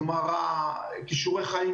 גמרא כישורי חיים,